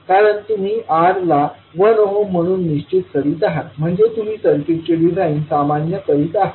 कारण तुम्ही R ला 1 ओहम म्हणून निश्चित करीत आहात म्हणजे तुम्ही सर्किटचे डिझाइन सामान्य करीत आहात